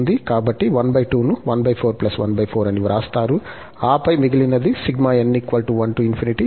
కాబట్టి 12 ను అని వ్రాస్తారు ఆపై మిగిలినది